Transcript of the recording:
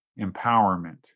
empowerment